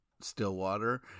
Stillwater